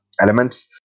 elements